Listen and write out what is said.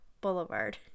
Boulevard